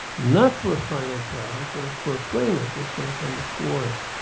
not for a final product, but for a framework that's going to come before us.